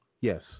Yes